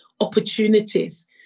opportunities